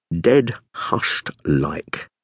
dead-hushed-like